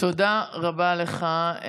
תודה רבה לך,